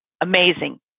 amazing